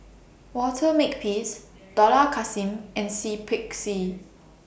Walter Makepeace Dollah Kassim and Seah Peck Seah